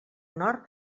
nord